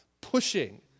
pushing